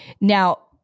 Now